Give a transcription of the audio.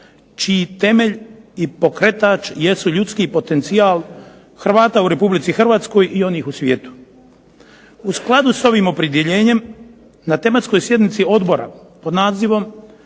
čiji temelj i pokretač jesu ljudski potencijal Hrvata u RH i onih u svijetu. U skladu s ovim opredjeljenjem na tematskoj sjednici odbora pod nazivom